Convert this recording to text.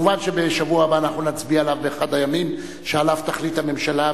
מובן שבשבוע הבא אנחנו נצביע עליו באחד הימים שעליו תחליט הממשלה,